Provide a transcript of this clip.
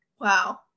Wow